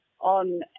on